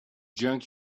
junk